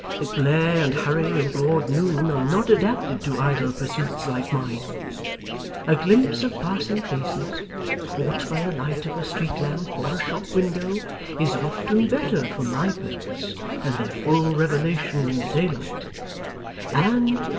the glare and hurry of broad noon are not adapted to idle pursuits like mine a glimpse of passing faces caught by the light of a street-lamp or a shop window is often better for my purpose than their full revelation in the daylight and,